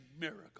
miracle